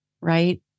right